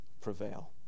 prevail